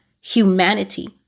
humanity